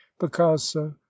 picasso